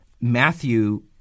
Matthew